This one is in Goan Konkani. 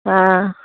आं